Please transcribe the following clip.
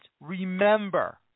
remember